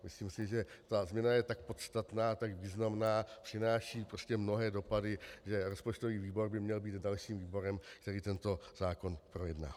Myslím si, že ta změna je tak podstatná a tak významná, přináší prostě mnohé dopady, že rozpočtový výbor by měl být dalším výborem, který tento zákon projedná.